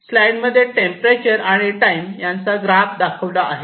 slide मध्ये temperature आणि time यांचा ग्राफ दाखवला आहे